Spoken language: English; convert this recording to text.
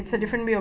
ya